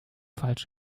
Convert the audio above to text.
falsch